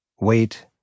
wait